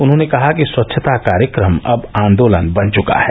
उन्होंने कहा कि स्वच्छता कार्यक्रम अब आंदोलन बन चुका है